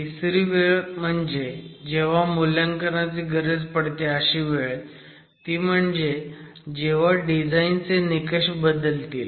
तिसरी वेळ जेव्हा मूल्यांकनाची गरज पडेल ती म्हणजे जेव्हा डिझाईन चे निकष बदलतील